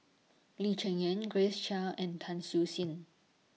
Lee Cheng Yan Grace Chia and Tan Siew Sin